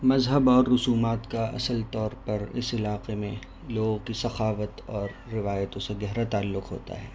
مذہب اور رسومات کا اصل طور پر اس علاقے میں لوگوں کی ثقافت اور روایتوں سے گہرا تعلق ہوتا ہے